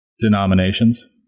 denominations